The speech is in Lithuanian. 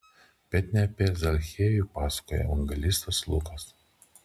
bet ne apie zachiejų pasakoja evangelistas lukas